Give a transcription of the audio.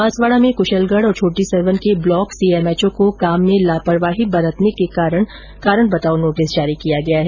बांसवाडा में कुशलगढ और छोटी सरवन के ब्लॉक सीएमएचओ को काम के प्रति लापरवाही बरतने पर कारण बताओ नोटिस जारी किया गया है